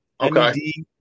Okay